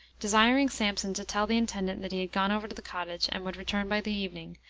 desiring sampson to tell the intendant that he had gone over to the cottage and would return by the evening,